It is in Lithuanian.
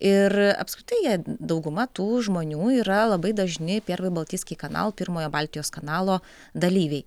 ir apskritai jie dauguma tų žmonių yra labai dažni pervyj baltijskij kanal pirmojo baltijos kanalo dalyviai